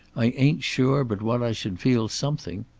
i ain't sure but what i should feel something.